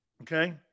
Okay